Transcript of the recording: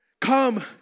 come